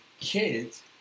kids